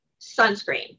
sunscreen